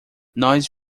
nós